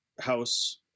house